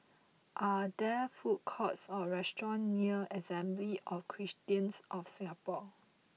are there food courts or restaurants near Assembly of Christians of Singapore